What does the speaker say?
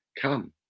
come